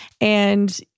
And-